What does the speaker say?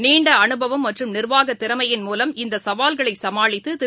நீண்ட அனுபவம் மற்றும் நிர்வாகத் திறமையின் மூலம் இந்த சவால்களை சமாளித்து திரு